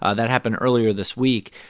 ah that happened earlier this week.